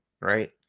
right